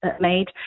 Made